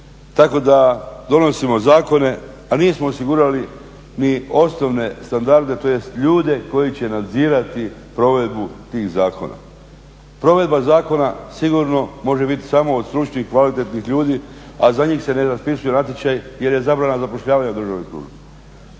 Tako da donosimo zakone, a nismo osigurali ni osnovne standarde, tj. ljude koji će nadzirati provedbu tih zakona. Provedba zakona sigurno može biti samo od stručnih, kvalitetnih ljudi, a za njih se ne raspisuje natječaj jer je zabrana zapošljavanja u državnoj službi.